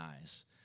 eyes